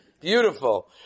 Beautiful